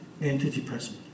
antidepressant